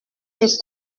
des